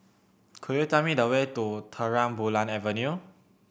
could you tell me the way to Terang Bulan Avenue